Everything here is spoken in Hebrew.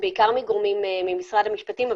בעיקר מגורמים ממשרד המשפטים,